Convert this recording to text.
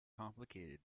complicated